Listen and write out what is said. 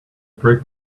break